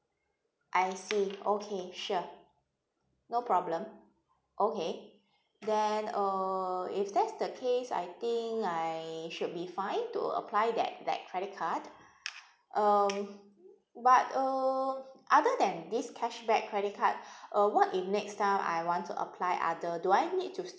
I see okay sure no problem okay then uh if that's the case I think I should be fine to apply that that credit card um but uh other than this cashback credit card uh what if next time I want to apply other do I need to